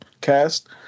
cast